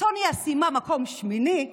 טוניה סיימה במקום השמיני,